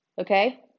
Okay